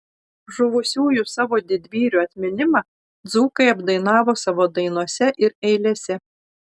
žuvusiųjų savo didvyrių atminimą dzūkai apdainavo savo dainose ir eilėse